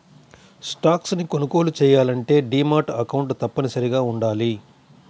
stocks ని కొనుగోలు చెయ్యాలంటే డీమాట్ అకౌంట్ తప్పనిసరిగా వుండాలి